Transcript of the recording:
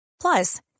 Plus